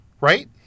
right